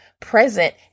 present